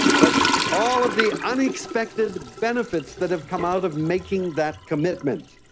but all of the unexpected benefits that have come out of making that commitment.